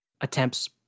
attempts